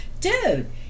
dude